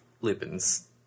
Lupin's